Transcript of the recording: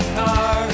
car